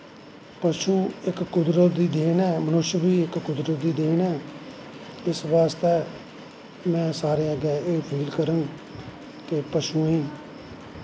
पशु इक कुदरत दी देन ऐ मनुष्य बी इक कुदरत दी देन ऐ इस करियै में सारैं अग्गैं अपील करंग कि पशुएं गी